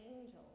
angel